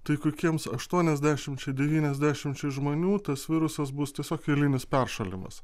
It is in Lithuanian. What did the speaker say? tai kokiems aštuoniasdešimčiai devyniasdešimčiai žmonių tas virusas bus tiesiog eilinis peršalimas